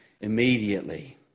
immediately